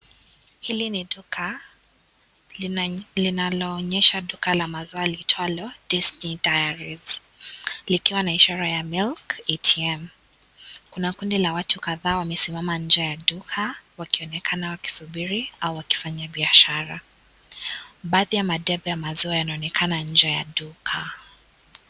Hili n duka linaloonyesha duka la masaa liitwalo Destiny Dairies likiwa na ishara ya milk atm kuna kundi la watu kadhaa wamesimama nje ya duka wakionekana wakisubiri hawa wakifanya biashara. Baadhi ya madebe ya maziwa wanaonekana nje ya duka.